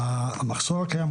ביחד.